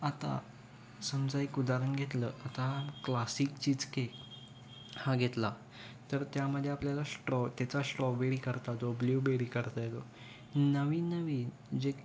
आता समजा एक उदाहरण घेतलं आता क्लासिक चीज केक हा घेतला तर त्यामध्ये आपल्याला स्ट्रॉ त्याचा स्ट्रॉबेरी करता येतो ब्ल्यूबेरी करता येतो नवीन नवीन जे